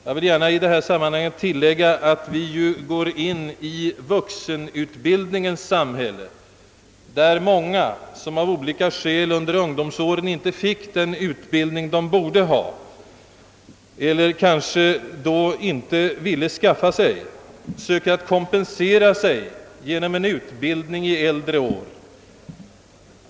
Jag vill gärna i detta sammanhang tillägga att vi ju går in i vuxenutbildningens samhälle, där många av olika skäl under ungdomsåren inte fick den utbildning de borde ha eller kanske då inte ville skaffa sig och nu söker kompensation genom en utbildning i äldre år.